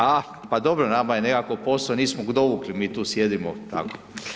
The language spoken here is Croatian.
A, pa dobro, nama je nekako posao, nismo dovukli, mi tu sjedimo tako.